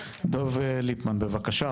דב ליפמן בבקשה.